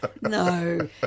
No